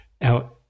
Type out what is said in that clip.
Now